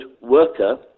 worker